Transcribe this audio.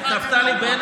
אף אחד אין